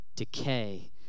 decay